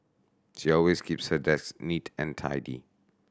she always keeps her desk neat and tidy